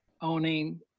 owning